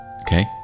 okay